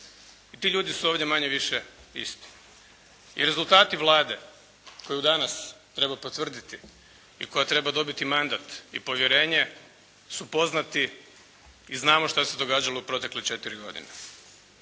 i ti ljudi su ovdje manje-više isti. I rezultati Vlade koje danas treba potvrditi i koja treba dobiti mandat i povjerenje su poznati i znamo šta se događalo protekle četiri godine.